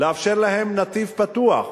לאפשר להם נתיב פתוח,